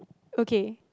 okay